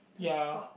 to spot